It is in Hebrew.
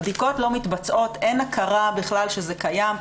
הבדיקות לא מתבצעות, אין הכרה בכלל שזה קיים.